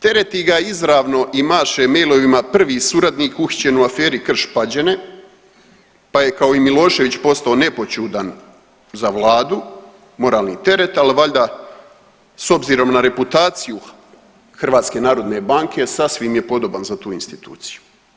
Tereti ga izravno i maše mailovima prvi suradnik uhićen u aferi Krš-Pađene pa je kao i Milošević postao nepoćudan za vladu, moralni teret, ali valjda s obzirom na reputaciju HNB sasvim je podoban za tu instituciju.